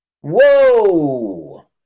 whoa